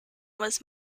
was